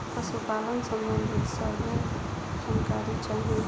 पशुपालन सबंधी सभे जानकारी चाही?